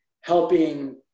helping